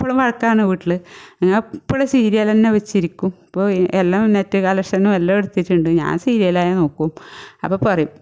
എപ്പോഴും വഴക്കാണ് വീട്ടിൽ ഞാൻ എപ്പോഴും സീരിയൾ തന്നെ വെച്ചിരിക്കും അപ്പോൾ ഈ എല്ലാം നെറ്റ് കലക്ഷനും എല്ലാം എടുത്തിട്ടുണ്ട് ഞാൻ സീരിയലെ നോക്കും അപ്പം പറയും